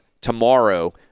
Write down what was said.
tomorrow